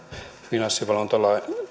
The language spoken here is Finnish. finanssivalvonnasta